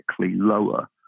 lower